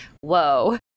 whoa